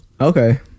okay